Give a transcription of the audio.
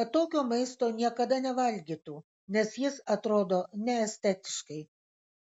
kad tokio maisto niekada nevalgytų nes jis atrodo neestetiškai